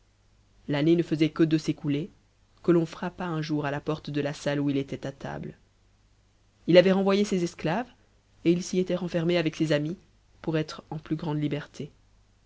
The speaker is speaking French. l'année ne faisait que de s'écouler que l'on frappa un jour à la porte de la salle où il était à table ii avait renvoyé ses esclaves et il s'y était reutermé aver ses amis pour être en plus grande liberté